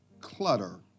clutter